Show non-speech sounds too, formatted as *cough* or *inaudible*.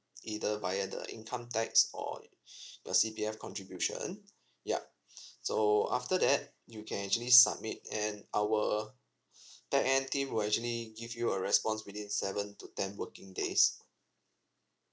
either via the income tax or *breath* your C_B_F contributions ya so after that you can actually submit and our backend team will actually give you a response within seven to ten working days